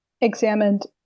examined